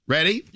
Ready